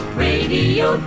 radio